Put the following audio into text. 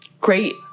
Great